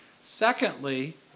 Secondly